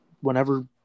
whenever